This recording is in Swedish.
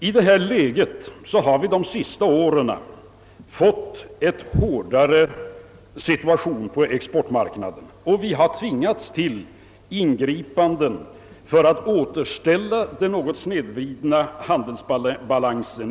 I detta läge har vi under de senaste åren fått en hårdare situation på exportmarknaden och tvingats till ingripande för att återställa den något snedvridna handelsbalansen.